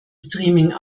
streaming